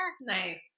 Nice